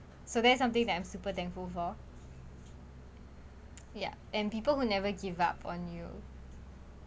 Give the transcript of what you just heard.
so that's something that I'm super thankful for yeah and people who never give up on you